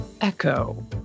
Echo